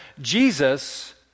Jesus